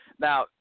now